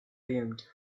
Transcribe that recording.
beamed